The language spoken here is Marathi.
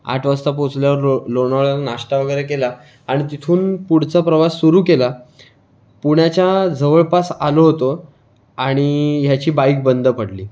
आठ वाजता पोचल्यावर रो लोणावळ्याला नाश्ता वगैरे केला आणि तिथून पुढचा प्रवास सुरु केला पुण्याच्या जवळपास आलो होतो आणि ह्याची बाईक बंद पडली